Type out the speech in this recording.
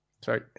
sorry